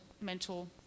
mental